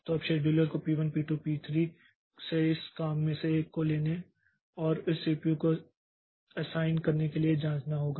तो अब शेड्यूलर को P1 P2 P3 से इस काम में से एक को लेने और इसे सीपीयू को असाइन करने के लिए जांचना होगा